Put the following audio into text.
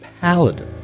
paladin